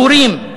ההורים,